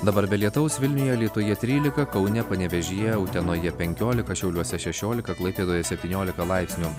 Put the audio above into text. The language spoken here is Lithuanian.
dabar be lietaus vilniuje alytuje trylika kaune panevėžyje utenoje penkiolika šiauliuose šešiolika klaipėdoje septyniolika laipsnių